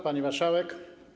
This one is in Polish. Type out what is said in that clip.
Pani Marszałek!